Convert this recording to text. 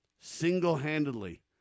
single-handedly